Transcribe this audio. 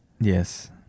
Yes